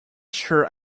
sure